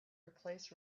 replaced